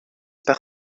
par